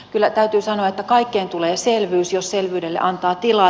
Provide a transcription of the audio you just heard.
kyllä täytyy sanoa että kaikkeen tulee selvyys jos selvyydelle antaa tilaa